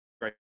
great